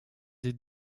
des